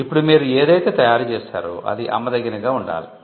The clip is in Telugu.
ఇప్పుడు మీరు ఏదైతే తయారు చేసారో అది అమ్మదగినదిగా ఉండాలి